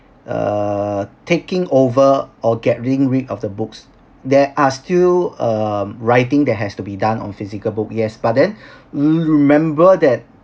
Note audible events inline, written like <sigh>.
err taking over or getting rid of the books there are still uh writing that has to be done on physical book yes but then <breath> mm remember that